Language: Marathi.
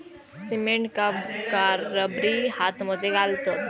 सिमेंट कामगार रबरी हातमोजे घालतत